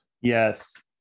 yes